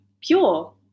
pure